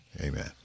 Amen